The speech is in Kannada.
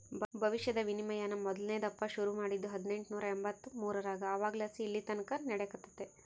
ಭವಿಷ್ಯದ ವಿನಿಮಯಾನ ಮೊದಲ್ನೇ ದಪ್ಪ ಶುರು ಮಾಡಿದ್ದು ಹದಿನೆಂಟುನೂರ ಎಂಬಂತ್ತು ಮೂರರಾಗ ಅವಾಗಲಾಸಿ ಇಲ್ಲೆತಕನ ನಡೆಕತ್ತೆತೆ